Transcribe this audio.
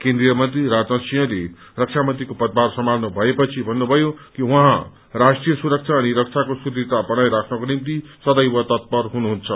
केन्द्रीय मन्त्री राजनाथ सिंहले रक्षा मन्त्रीको पदभार सम्हाल्नु भएपछि भन्नुभयो कि उहाँ राष्ट्रीय सुरक्षा अनि रक्षाको सुदृढ़ता बनाई राख्नको निम्ति सदैव तत्पर हुनुहुन्छ